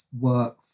work